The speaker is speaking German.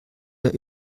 der